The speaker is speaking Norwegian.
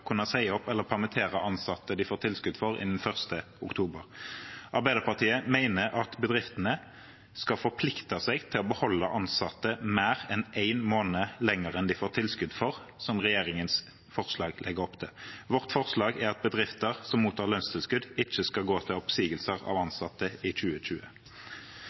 kunne si opp eller permittere ansatte de får tilskudd for, innen 1. oktober 2020. Arbeiderpartiet mener at bedriftene skal forplikte seg til å beholde ansatte mer enn én måned lenger enn de får tilskudd for, som regjeringens forslag legger opp til. Vårt forslag er at bedrifter som mottar lønnstilskudd, ikke skal gå til oppsigelser av ansatte i 2020.